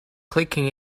clicking